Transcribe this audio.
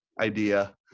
idea